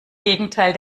gegenteil